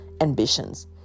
ambitions